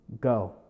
go